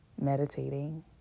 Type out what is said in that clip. meditating